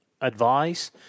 advice